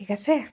ঠিক আছে